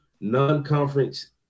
non-conference